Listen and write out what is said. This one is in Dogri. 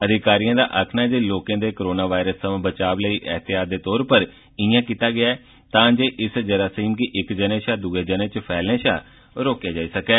अधिकारियें दा आक्खनां ऐ जे लोकें दे करोना वारस थमां बचाव लेई एहतियात दे तौर उप्पर इंआं कीता गेआ ऐ तां जे इस जरासीम गी इक जने शा दूये जने च फैलने शा रोकेआ जाई सकै